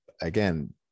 again